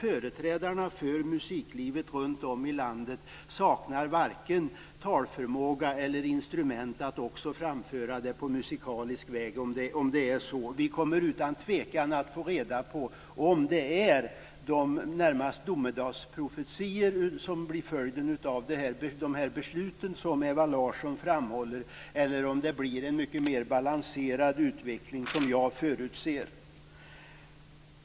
Företrädarna för musiklivet runt om i landet saknar nämligen vare sig talförmåga eller instrument att framföra detta på musikalisk väg om så skulle vara. Vi kommer utan tvekan att få reda på om det är det som Ewa Larsson framhåller, och som närmast liknar domedagsprofetior, som blir följden av besluten eller om det blir en mycket mer balanserad utveckling, vilket jag förutser.